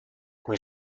qui